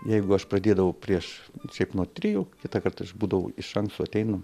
jeigu aš pradėdavau prieš šiaip nuo trijų kitą kartą aš būdavau iš anksto ateinu